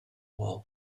wall